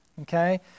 Okay